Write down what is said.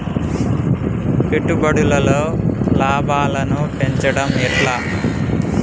పెట్టుబడులలో లాభాలను పెంచడం ఎట్లా?